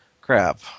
Crap